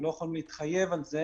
ולא יכולנו להתחייב על זה